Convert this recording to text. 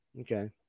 okay